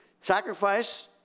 Sacrifice